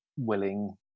Willing